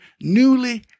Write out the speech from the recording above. newly